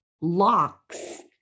locks